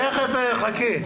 תיכף, חכי.